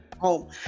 home